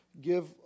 give